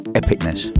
epicness